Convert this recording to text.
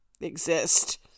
exist